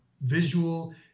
visual